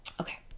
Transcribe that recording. Okay